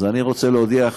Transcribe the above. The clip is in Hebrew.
אז אני רוצה להודיע לך,